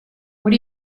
what